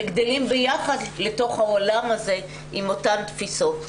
שגדלים ביחד לתוך העולם הזה עם אותן תפיסות.